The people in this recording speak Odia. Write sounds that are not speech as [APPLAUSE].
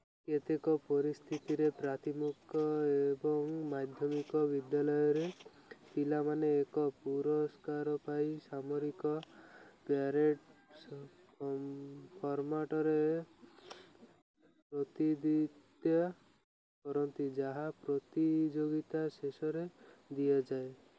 କେତେକ ପରିସ୍ଥିତିରେ ପ୍ରାଥମିକ ଏବଂ ମାଧ୍ୟମିକ ବିଦ୍ୟାଳୟର ପିଲାମାନେ ଏକ ପୁରସ୍କାର ପାଇଁ ସାମରିକ ପ୍ୟାରେଡ଼୍ [UNINTELLIGIBLE] ଫର୍ମାଟ୍ରେ ପ୍ରତିଦ୍ୱନ୍ଦ୍ୱିତା କରନ୍ତି ଯାହା ପ୍ରତିଯୋଗିତା ଶେଷରେ ଦିଆଯିବ